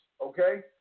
Okay